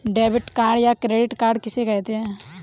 Debit या credit card किसे कहते हैं?